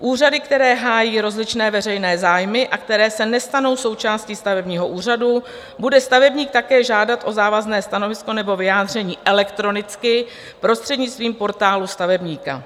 Úřady, které hájí rozličné veřejné zájmy a které se nestanou součástí stavebního úřadu, bude stavebník také žádat o závazné stanovisko nebo vyjádření elektronicky prostřednictvím Portálu stavebníka.